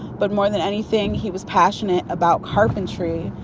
but more than anything, he was passionate about carpentry.